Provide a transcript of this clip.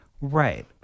Right